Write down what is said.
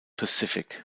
pacific